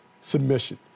submission